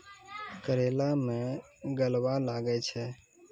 करेला मैं गलवा लागे छ?